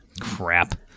Crap